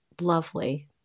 lovely